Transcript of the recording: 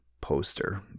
poster